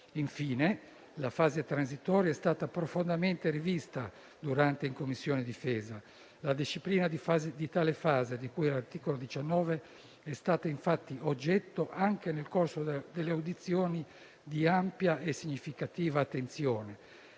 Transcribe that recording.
Infine, la fase transitoria è stata profondamente rivista in Commissione difesa. La disciplina di tale fase, di cui all'articolo 19, è stata infatti oggetto, anche nel corso delle audizioni, di ampia e significativa attenzione.